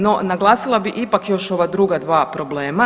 No, naglasila bi ipak još ova druga dva problema.